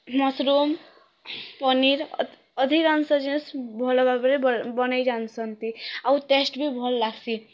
mushroom paneer ଅଧି ଅଧିକାଂଶ ଜିନିଷ୍ ଭଲଭାବରେ ବନେଇ ଜାଣିସାନ୍ତି ଆଉ ଟେଷ୍ଟ୍ ବି ଭଲ ଲାଗସି